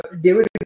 David